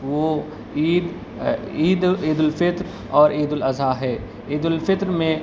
وہ عید عید عید الفطر اور عید الاضحی ہے عید الفطر میں